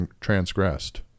transgressed